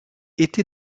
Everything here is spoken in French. était